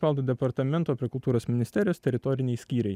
paveldo departamento prie kultūros ministerijos teritoriniai skyriai